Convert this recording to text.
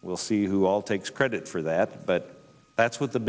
we'll see who all takes credit for that but that's what the